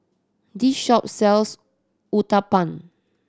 this shop sells Uthapam